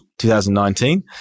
2019